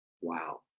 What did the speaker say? Wow